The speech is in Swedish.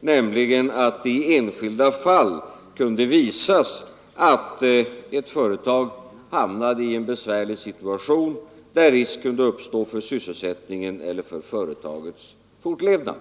nämligen sådana enskilda fall där det kan visas att ett företag hamnat i en besvärlig situation med risk för sysselsättningen eller för företagets fortlevnad.